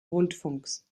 rundfunks